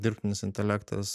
dirbtinis intelektas